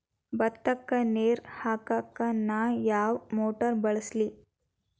ಭತ್ತಕ್ಕ ನೇರ ಹಾಕಾಕ್ ನಾ ಯಾವ್ ಮೋಟರ್ ಬಳಸ್ಲಿ?